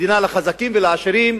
מדינה לחזקים ולעשירים,